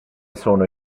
sono